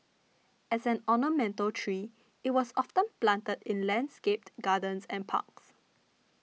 as an ornamental tree it was often planted in landscaped gardens and parks